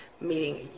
meeting